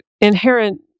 inherent